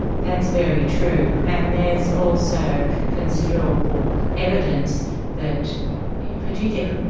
that's very true, and there's also considerable evidence that in particular,